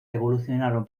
evolucionaron